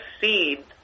seed